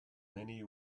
many